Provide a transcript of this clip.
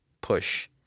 push